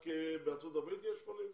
רק בארצות הברית יש חולים?